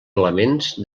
elements